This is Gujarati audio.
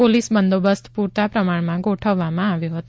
પોલીસ બંદોબસ્ત પૂરતા પ્રમાણમાં ગોઠવવામાં આવ્યો હતો